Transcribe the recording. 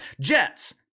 Jets